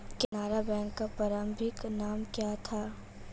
Canara bank का प्रारंभिक नाम क्या था?